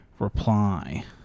Reply